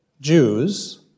Jews